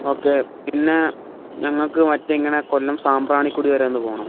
okay പിന്നെ ഞങ്ങൾക്ക് മറ്റേ ഇങ്ങനെ കൊല്ലം സാമ്പ്രാണിക്കൊടി വരെ ഒന്ന് പോവണം